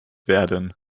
werden